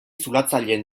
zulatzaileen